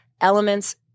elements